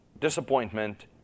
disappointment